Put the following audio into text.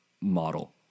model